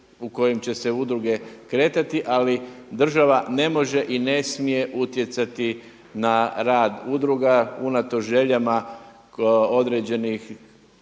u kojem će se udruge kretati. Ali država ne može i ne smije utjecati na rad udruga unatoč željama određenih